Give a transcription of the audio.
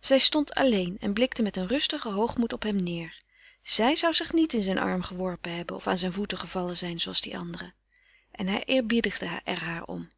zij stond alleen en blikte met een rustigen hoogmoed op hem neêr zij zou zich niet in zijn armen geworpen hebben of aan zijn voeten gevallen zijn zooals die anderen en hij eerbiedigde er haar om